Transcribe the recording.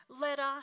letter